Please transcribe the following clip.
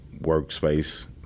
workspace